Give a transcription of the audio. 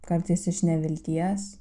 kartais iš nevilties